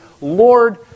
Lord